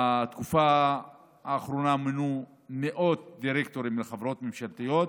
בתקופה האחרונה מונו מאות דירקטורים לחברות ממשלתיות,